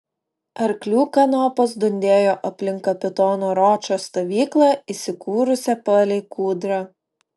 arklių kanopos dundėjo aplink kapitono ročo stovyklą įsikūrusią palei kūdrą